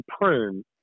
prune